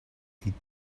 eat